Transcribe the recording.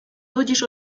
wodzisz